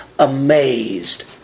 amazed